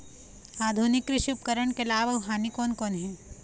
आधुनिक कृषि उपकरण के लाभ अऊ हानि कोन कोन हे?